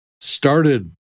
started